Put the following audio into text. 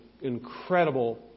incredible